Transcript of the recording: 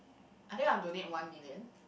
I think I'll donate one million